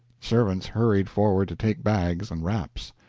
servants hurried forward to take bags and wraps.